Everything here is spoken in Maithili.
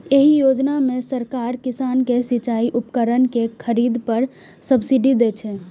एहि योजना मे सरकार किसान कें सिचाइ उपकरण के खरीद पर सब्सिडी दै छै